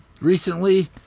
recently